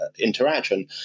interaction